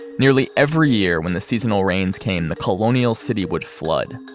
nearly every year, when the seasonal rains came, the colonial city would flood,